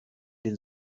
den